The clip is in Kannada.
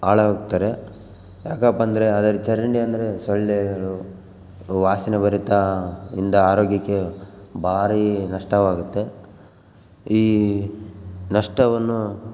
ಹಾಳಾಗ್ ಹೋಗ್ತರೆ ಯಾಕಪ್ಪ ಅಂದರೆ ಅದ್ರಲ್ಲಿ ಚರಂಡಿ ಅಂದರೆ ಸೊಳ್ಳೆಗಳು ವಾಸನೆ ಬರುತ್ತಾ ಇಂದ ಆರೋಗ್ಯಕ್ಕೆ ಭಾರೀ ನಷ್ಟವಾಗುತ್ತೆ ಈ ನಷ್ಟವನ್ನು